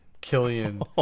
Killian